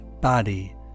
body